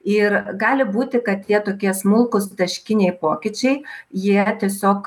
ir gali būti kad tie tokie smulkūs taškiniai pokyčiai jie tiesiog